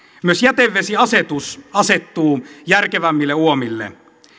myös jätevesiasetus asettuu järkevämmille uomille